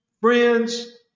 friends